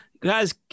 guys